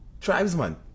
tribesman